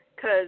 Cause